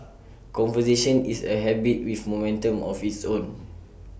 conversation is A habit with momentum of its own